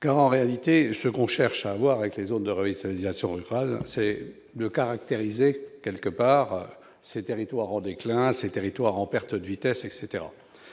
Car en réalité ce qu'on cherche à avoir avec les zones de réislamisation rural c'est le caractériser, quelque part, ces territoires en déclin, ces territoires en perte de vitesse, etc,